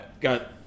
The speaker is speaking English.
got